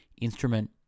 instrument